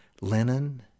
linen